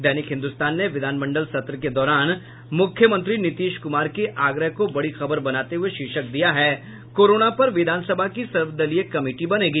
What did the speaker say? दैनिक हिन्दुस्तान ने विधानमंडल सत्र के दौरान मुख्यमंत्री नीतीश कुमार के आग्रह को बड़ी खबर बनाते हुये शीर्षक दिया है कोरोना पर विधानसभा की सर्वदलीय कमेटी बनेगी